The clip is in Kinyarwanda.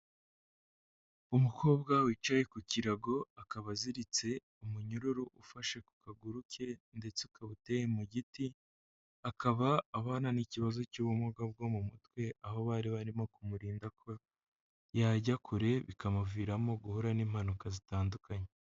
Umukobwa wicaye ku kirago akaba aziritse umunyururu ufashe ku kaguru ke ndetse ukaba uteye mu giti, akaba abana n'ikibazo cy'ubumuga bwo mu mutwe aho bari barimo kumurinda ko yajya kure bikamuviramo guhura n'impanuka zitandukanye.